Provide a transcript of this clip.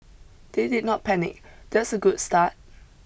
they did not panic that's a good start